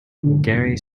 gary